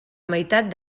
meitat